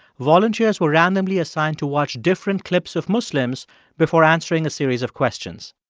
volunteers were randomly assigned to watch different clips of muslims before answering a series of questions.